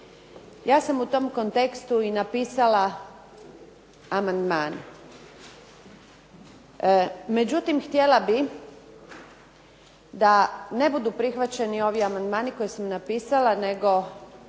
Ja sam u tom kontekstu i napisala amandman, međutim htjela bi da ne budu prihvaćeni ovi amandmani koje sam napisala, nego